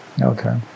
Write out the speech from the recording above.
Okay